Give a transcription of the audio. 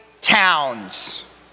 towns